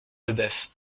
leboeuf